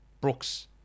Brooks